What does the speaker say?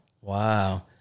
Wow